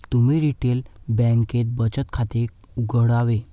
तुम्ही रिटेल बँकेत बचत खाते उघडावे